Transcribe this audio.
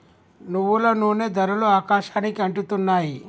నువ్వుల నూనె ధరలు ఆకాశానికి అంటుతున్నాయి